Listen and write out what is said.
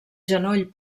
genoll